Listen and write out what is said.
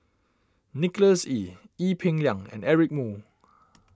Nicholas Ee Ee Peng Liang and Eric Moo